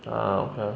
ah okay ah